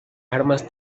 armas